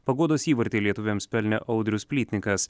paguodos įvartį lietuviams pelnė audrius plytnikas